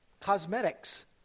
cosmetics